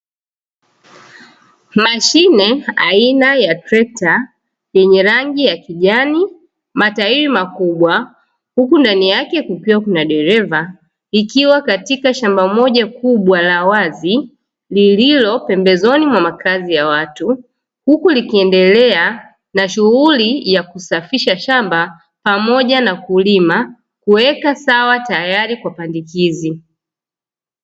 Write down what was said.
Mashine aina ya trekta yenye rangi ya kijani, matairi makubwa huku ndani yake kukiwa kuna dereva ikiwa katika shamba moja kubwa la wazi lililo pembezoni mwa makazi ya watu, huku likiendelea na shughuli ya kusafisha shamba pamoja na kulima, kuweka sawa tayari kwa pandikizi.